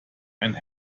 and